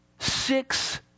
Six